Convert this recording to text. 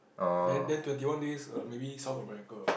then then twenty one days err maybe South America